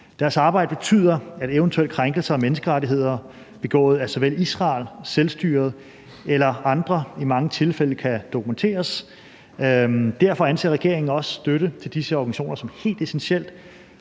Deres arbejde betyder, at eventuelle krænkelser af menneskerettigheder begået af såvel Israel, selvstyret eller andre i mange tilfælde kan dokumenteres. Derfor anser regeringen også støtten til disse organisationer som helt essentiel,